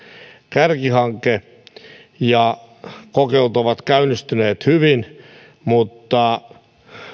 kärkihanke ja kokeilut ovat käynnistyneet hyvin mutta